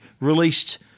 released